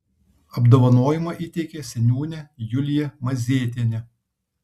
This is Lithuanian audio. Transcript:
apdovanojimą įteikė seniūnė julija mazėtienė